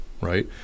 right